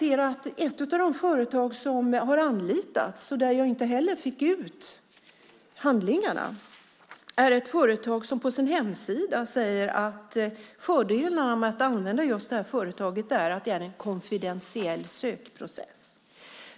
Ett av de företag som har anlitats och som inte heller lät mig få ut handlingarna säger på sin hemsida att en av fördelarna med att anlita just dem är att det är en konfidentiell sökprocess.